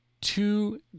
two